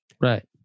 Right